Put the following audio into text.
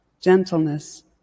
gentleness